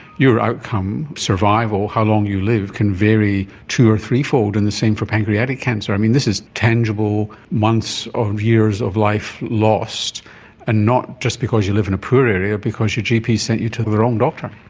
your outcome, survival, how long you live, can vary two or three-fold and the same for pancreatic cancer. i mean, this is tangible months or years of life lost and not just because you live in a poorer area, because your gp sent you to the wrong doctor.